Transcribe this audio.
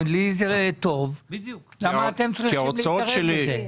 לי זה טוב; למה אתם צריכים להתערב בזה?